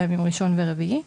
בימי ראשון ורביעי,